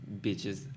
bitches